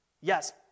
Yes